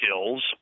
skills